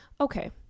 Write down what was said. Okay